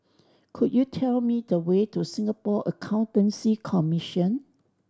could you tell me the way to Singapore Accountancy Commission